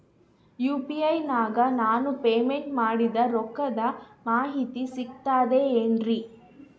UPI ನಾಗ ನಾನು payment ಮಾಡಿದ ರೊಕ್ಕದ ಮಾಹಿತಿ ಸಿಕ್ತದೆ ಏನ್ರಿ?